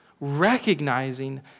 recognizing